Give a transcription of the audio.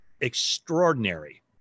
extraordinary